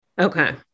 Okay